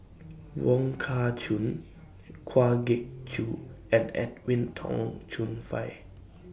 Wong Kah Chun Kwa Geok Choo and Edwin Tong Chun Fai